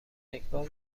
یکبار